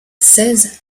seize